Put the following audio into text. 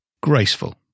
Graceful